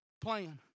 plan